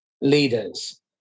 Leaders